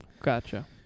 Gotcha